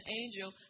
angel